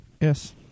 yes